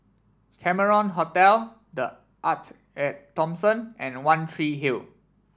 Cameron Hotel The Arte At Thomson and One Tree Hill